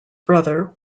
brother